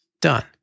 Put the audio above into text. done